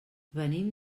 venim